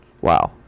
Wow